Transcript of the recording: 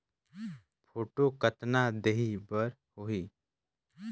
Photo कतना देहें बर होहि?